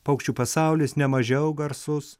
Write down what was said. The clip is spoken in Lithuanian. paukščių pasaulis nemažiau garsus